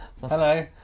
Hello